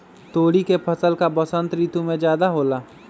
तोरी के फसल का बसंत ऋतु में ज्यादा होला?